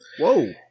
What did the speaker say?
Whoa